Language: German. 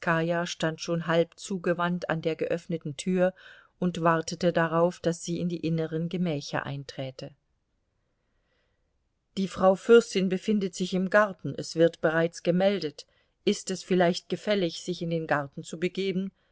stand schon halb zugewandt an der geöffneten tür und wartete darauf daß sie in die inneren gemächer einträte die frau fürstin befindet sich im garten es wird bereits gemeldet ist es vielleicht gefällig sich in den garten zu begeben